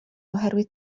oherwydd